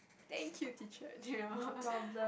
thank you teacher